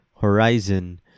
Horizon